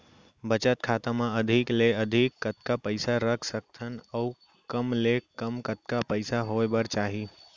बचत खाता मा अधिक ले अधिक कतका पइसा रख सकथन अऊ कम ले कम कतका पइसा होय बर चाही?